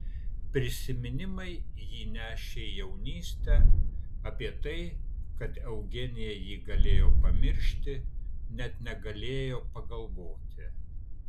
prisiminimai jį nešė į jaunystę apie tai kad eugenija jį galėjo pamiršti net negalėjo pagalvoti